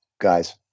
guys